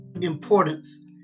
importance